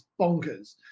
bonkers